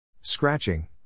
Scratching